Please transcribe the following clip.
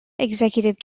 executive